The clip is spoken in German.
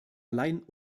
allein